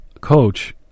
coach